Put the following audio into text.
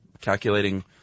calculating